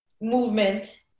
movement